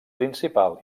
principal